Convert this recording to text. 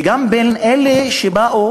וגם בין אלה שבאו